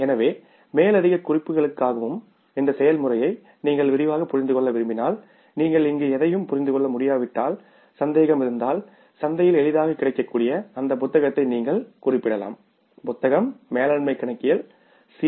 எனவே மேலதிக குறிப்புகளுக்காகவும் இந்த செயல்முறையை நீங்கள் விரிவாகப் புரிந்து கொள்ள விரும்பினால் நீங்கள் இங்கு எதையும் புரிந்து கொள்ள முடியாவிட்டால் சந்தேகம் இருந்தால் சந்தையில் எளிதாகக் கிடைக்கக்கூடிய அந்த புத்தகத்தை நீங்கள் குறிப்பிடலாம் புத்தகம் மேலாண்மை கணக்கியல் சி